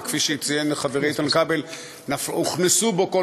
וכפי שציין חברי איתן כבל הוכנסו בו כל